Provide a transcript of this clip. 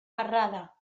errada